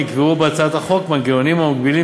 נקבעו בהצעת החוק מנגנונים המגבילים